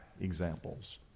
examples